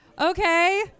Okay